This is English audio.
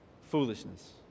Foolishness